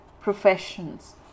Professions